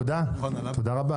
תודה רבה